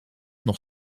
nog